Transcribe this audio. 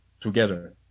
together